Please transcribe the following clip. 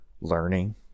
learning